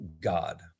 God